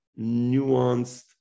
nuanced